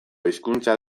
hizkuntza